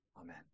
Amen